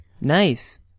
Nice